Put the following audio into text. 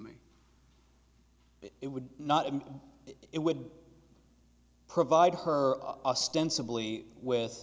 me it would not and it would provide her ostensibly with